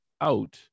out